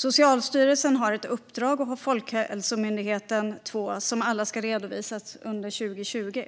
Socialstyrelsen har ett uppdrag och Folkhälsomyndigheten har två uppdrag, som alla ska redovisas under 2020.